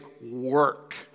work